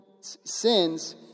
sins